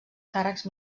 càrrecs